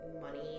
money